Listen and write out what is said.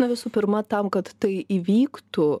na visų pirma tam kad tai įvyktų